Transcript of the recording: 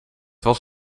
was